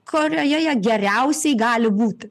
kurioje jie geriausiai gali būti